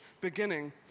beginning